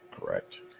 Correct